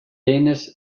danish